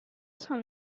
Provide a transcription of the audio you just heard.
sono